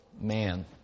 man